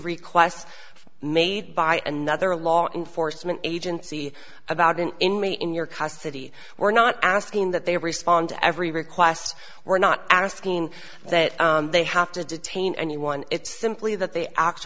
requests made by another law enforcement agency about an inmate in your custody we're not asking that they respond to every request we're not asking that they have to detain anyone it's simply that they act